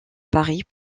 paris